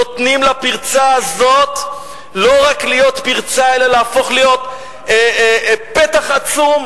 נותנים לפרצה הזאת לא רק להיות פרצה אלא להפוך להיות פתח עצום,